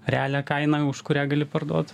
realią kainą už kurią gali parduot